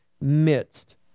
midst